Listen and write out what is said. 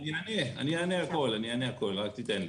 אני אענה על הכול, רק תיתן לי.